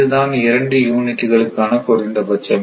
இதுதான் 2 யூனிட்டுகள்காண குறைந்தபட்சம்